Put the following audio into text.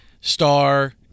Star